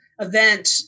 event